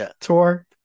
tour